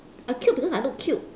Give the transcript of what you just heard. I cute because I look cute